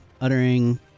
uttering